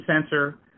sensor